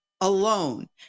alone